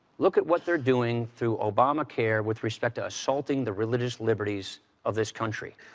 look at what they're doing through obamacare with respect to assaulting the religious liberties of this country.